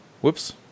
Whoops